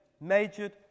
majored